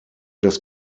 das